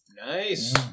Nice